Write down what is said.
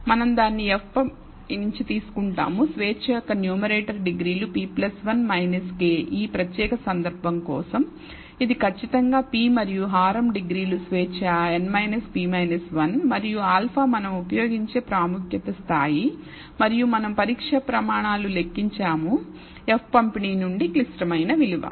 మనం దానిని F పంపిణీ నుండి తీసుకుంటాము స్వేచ్ఛ యొక్క న్యూమరేటర్ డిగ్రీలు p 1 k ఈ ప్రత్యేక సందర్భం కోసం ఇది ఖచ్చితంగా p మరియు హారం డిగ్రీలు స్వేచ్ఛ n p 1 మరియు α మనం ఉపయోగించే ప్రాముఖ్యత స్థాయి మరియు మనం పరీక్ష ప్రమాణాలు లెక్కించాము F పంపిణీ నుండి క్లిష్టమైన విలువ